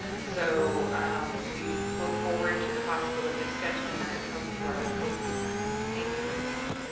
so we look forward to the possibility of scheduling that and hope you are open to that. thank you, very much.